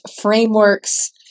frameworks